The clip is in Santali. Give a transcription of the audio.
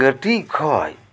ᱠᱟᱹᱴᱤᱡ ᱠᱷᱚᱱ